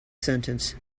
sentence